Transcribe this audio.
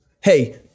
hey